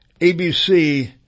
ABC